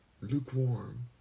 Lukewarm